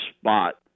spot